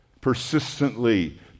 persistently